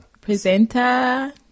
presenter